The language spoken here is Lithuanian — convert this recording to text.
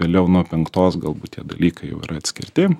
vėliau nuo penktos galbūt tie dalykai jau yra atskirti